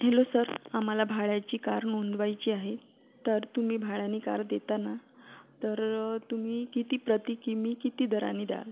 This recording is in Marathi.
हेलो सर आम्हाला भाडयाची कार नोंदवायची आहे तर तुम्ही भाडयानी कार देता ना तर तुम्ही किती प्रति किमी किती दरानी द्याल